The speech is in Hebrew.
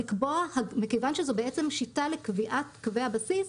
מכיוון שזו בעצם שיטה לקביעת קווי הבסיס,